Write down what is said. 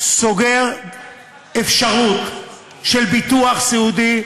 סוגר אפשרות של ביטוח סיעודי ל-700,000,